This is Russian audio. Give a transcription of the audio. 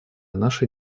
нашей